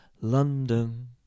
London